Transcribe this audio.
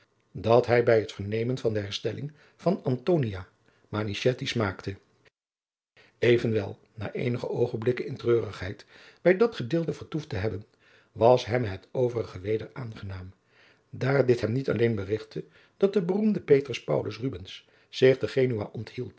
dat hij bij het vernemen van de herstelling van antonia manichetti smaakte evenwel na eenige oogenblikken in treurigheid bij dat gedeelte vertoefd te hebben was hem het overige adriaan loosjes pzn het leven van maurits lijnslager weder aangenaam daar dit hem niet alleen berigtte dat de beroemde petrus paulus rubbens zich te genua